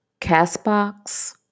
Castbox